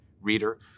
reader